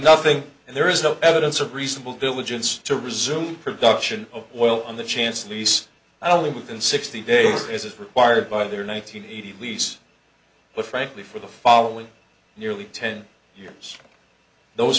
nothing and there is no evidence of reasonable diligence to resume production of oil on the chance lease i only within sixty days is required by the one nine hundred eighty lease but frankly for the following nearly ten years those